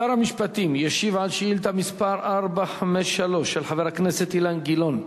שר המשפטים ישיב על שאילתא מס' 453 של חבר הכנסת אילן גילאון.